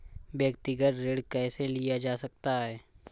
व्यक्तिगत ऋण कैसे लिया जा सकता है?